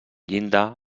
llinda